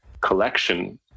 collection